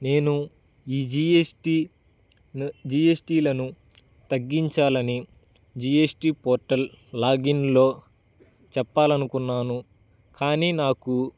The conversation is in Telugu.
నేను ఈ G S T G S టీలను తగ్గించాలని జీ ఎస్ టీ పోర్టల్ లాగిన్లో చెప్పాలి అనుకున్నాను కానీ నాకు